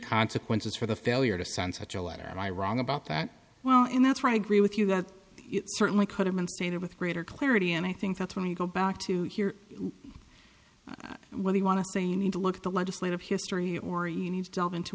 consequences for the failure to send such a letter and i wrong about that well in that's right agree with you that it certainly could have been stated with greater clarity and i think that's when you go back to hear whether you want to say you need to look at the legislative history or you need to delve into